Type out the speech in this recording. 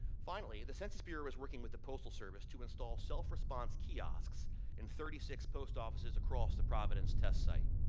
finally, the census bureau is working with the postal service to install self response kiosks in thirty six post office offices across the providence test site.